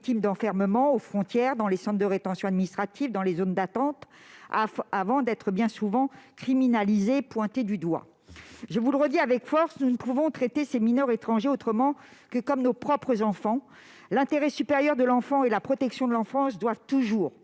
victimes d'enfermement aux frontières, dans les centres de rétention administration et dans les zones d'attente, avant d'être bien souvent criminalisés ou pointés du doigt ... Je vous le redis avec force : nous ne pouvons pas traiter ces mineurs étrangers autrement que comme nos propres enfants. L'intérêt supérieur de l'enfant et la protection de l'enfance doivent toujours